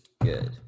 good